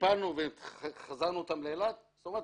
אחרי שטיפלנו והחזרנו אותם לאילת זאת אומרת